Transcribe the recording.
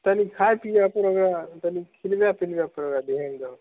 तनि खाय पीए पर ओकरा तनि खिलबै पिलबै पर ओकरा धिआन दहो